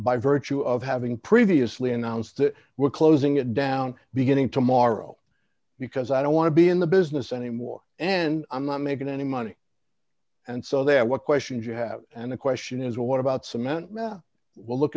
by virtue of having previously announced that we're closing it down beginning tomorrow because i don't want to be in the business anymore and i'm not making any money and so they have what questions you have and the question is what about cement will look